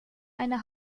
eine